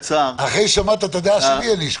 אחרי ששמעת את הדעה שלי, אני אשקול.